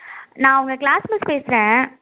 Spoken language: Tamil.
நான் அவங்க க்ளாஸ் மிஸ் பேசுகிறேன்